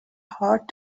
hard